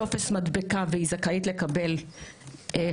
ואיתו טופס ומדבקה שהיא זכאית לקבל חינם,